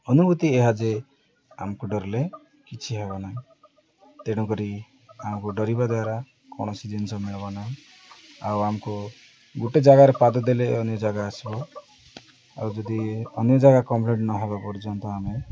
ଅନୁଭୂତି ଏହା ଯେ ଆମକୁ ଡରିଲେ କିଛି ହେବ ନାହିଁ ତେଣୁକରି ଆମକୁ ଡରିବା ଦ୍ୱାରା କୌଣସି ଜିନିଷ ମିଳିବ ନାହିଁ ଆଉ ଆମକୁ ଗୋଟେ ଜାଗାରେ ପାଦ ଦେଲେ ଅନ୍ୟ ଜାଗା ଆସିବ ଆଉ ଯଦି ଅନ୍ୟ ଜାଗା କମ୍ପ୍ଲିଟ୍ ନହବା ପର୍ଯ୍ୟନ୍ତ ଆମେ